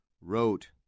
wrote